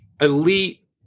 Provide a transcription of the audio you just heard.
elite